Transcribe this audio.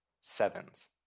sevens